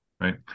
Right